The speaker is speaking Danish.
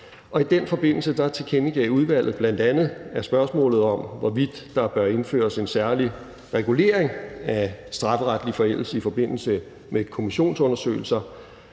i den forbindelse tilkendegav udvalget bl.a., at spørgsmålet om, hvorvidt der bør indføres en særlig regulering af strafferetlig forældelse i forbindelse med kommissionsundersøgelser,